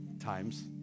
times